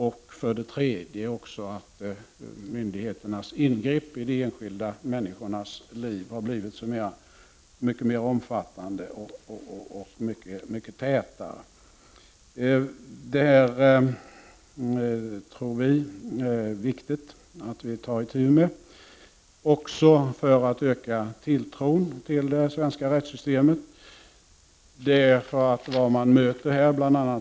En tredje orsak är att myndigheternas ingrepp mot de enskilda människorna har blivit så mycket mera omfattande och mycket tätare. Det här tycker vi är viktigt att ta itu med, också för att öka förtroendet för det svenska rättssystemet.